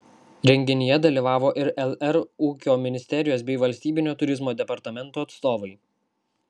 renginyje dalyvavo ir lr ūkio ministerijos bei valstybinio turizmo departamento atstovai